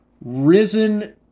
risen